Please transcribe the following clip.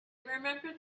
remembered